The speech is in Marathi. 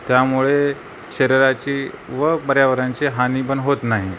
त्यामुळे शरीराची व पर्यावरणाची हानिपण होत नाही